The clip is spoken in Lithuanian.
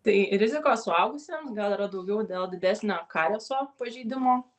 tai rizikos suaugusiems gal yra daugiau dėl didesnio karieso pažeidimo